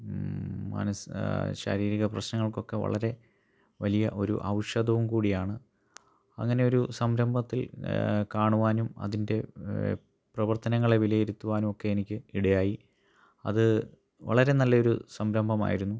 മനസ് ശാരീരിക പ്രശ്നങ്ങൾക്കൊക്കെ വളരെ വലിയ ഒരു ഔഷധവും കൂടിയാണ് അങ്ങനെ ഒരു സംരഭത്തിൽ കാണുവാനും അതിൻ്റെ പ്രവർത്തനങ്ങളെ വിലയിരുത്തുവാനും ഒക്കെ എനിക്ക് ഇടയായി അത് വളരെ നല്ലൊരു സംരംഭം ആയിരുന്നു